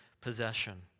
possession